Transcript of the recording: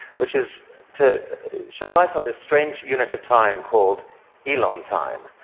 which is to shed light on this strange unit of time called elon time.